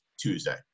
Tuesday